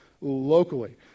locally